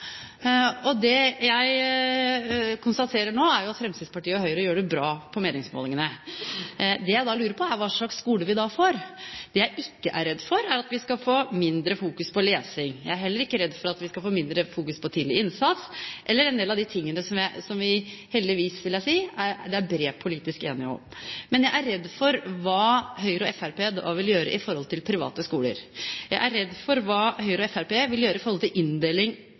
Det jeg konstaterer nå, er at Fremskrittspartiet og Høyre gjør det bra på meningsmålingene. Det jeg da lurer på, er hva slags skole vi da får. Det jeg ikke er redd for, er at vi skal få mindre fokus på lesing. Jeg er heller ikke redd for at vi skal få mindre fokus på tidlig innsats eller en del av de tingene som det heldigvis, vil jeg si, er bred politisk enighet om. Men jeg er redd for hva Høyre og Fremskrittspartiet vil gjøre i forhold til private skoler. Jeg er redd for hva Høyre og Fremskrittspartiet vil gjøre i forhold til inndeling